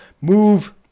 move